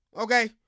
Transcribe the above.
okay